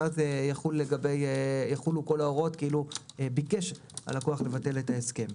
ואז יחולו כל ההוראות כאילו ביקש הלקוח לבטל את ההסכם.